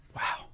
Wow